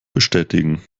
bestätigen